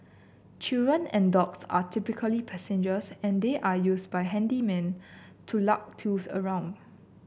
children and dogs are typical passengers and they're used by handymen to lug tools around